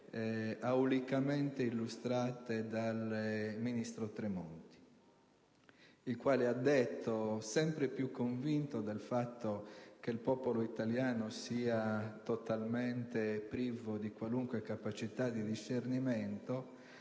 aulicamente illustrate dal ministro Tremonti, il quale ha detto - sempre più convinto del fatto che il popolo italiano sia totalmente privo di qualunque capacità di discernimento